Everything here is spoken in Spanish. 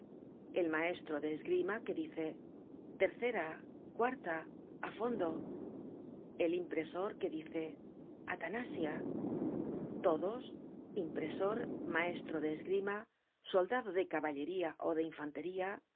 el maestro de esgrima que dice tercera cuarta á fondo el impresor que dice atanasia todos impresor maestro de esgrima soldado de caballería ó de infantería